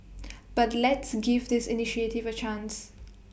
but let's give this initiative A chance